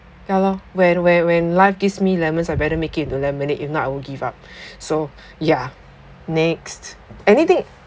ya lor when when when life gives me lemons I better make it into lemonade if not I will give up so ya next anything